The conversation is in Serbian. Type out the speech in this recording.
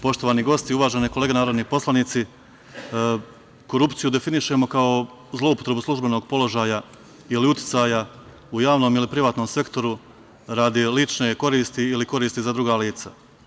Poštovani gosti, uvažene kolege narodni poslanici, korupciju definišemo kao zloupotrebu službenog položaja ili uticaja u javnom ili privatnom sektoru radi lične koristi ili koristi za druga lica.